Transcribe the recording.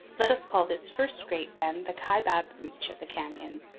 let us call this first great bend the kaibab reach of the canyon,